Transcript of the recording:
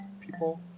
people